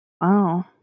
Wow